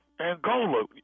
Angola